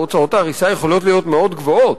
והוצאות ההריסה יכולות להיות מאוד גבוהות.